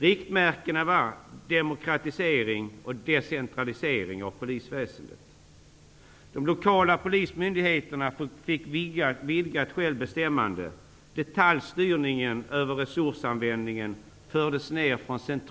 Riktmärkena var demokratisering och decentralisering av polisväsendet. De lokala polismyndigheterna fick vidgat självbestämmande.